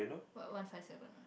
what one five seven ah